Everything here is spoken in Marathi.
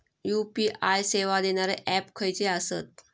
यू.पी.आय सेवा देणारे ऍप खयचे आसत?